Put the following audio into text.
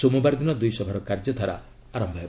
ସୋମବାର ଦିନ ଦୁଇ ସଭାର କାର୍ଯ୍ୟଧାରା ଆରମ୍ଭ ହେବ